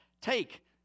Take